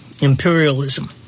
imperialism